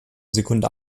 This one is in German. sekunde